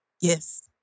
Yes